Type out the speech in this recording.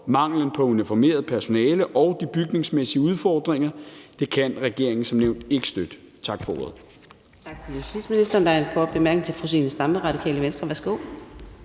manglen på uniformeret personale og de bygningsmæssige udfordringer, kan regeringen som nævnt ikke støtte. Tak for ordet.